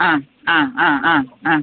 ആ ആ ആ ആ ആ